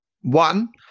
one